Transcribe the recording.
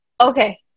okay